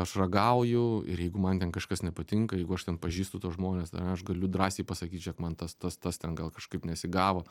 aš ragauju ir jeigu man ten kažkas nepatinka jeigu aš ten pažįstu tuos žmones ir aš galiu drąsiai pasakyt žiūrėk man tas tas tas ten gal kažkaip nesigavo